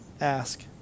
ask